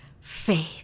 Faith